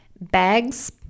bags